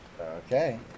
Okay